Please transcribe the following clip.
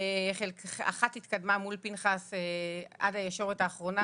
ואחת התקדמה מול פנחס עד הישורת האחרונה.